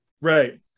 Right